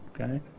Okay